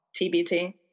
TBT